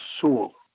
soul